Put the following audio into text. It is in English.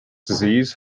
disease